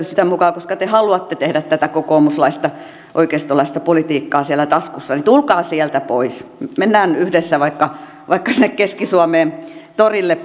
sitä mukaa koska te haluatte tehdä tätä kokoomuslaista oikeistolaista politiikkaa siellä taskussa tulkaa sieltä pois mennään yhdessä vaikka vaikka sinne keski suomeen torille